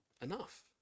enough